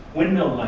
windmill